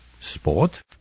sport